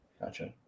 Gotcha